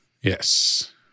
Yes